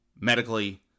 medically